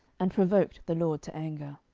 and provoked the lord to anger.